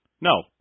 no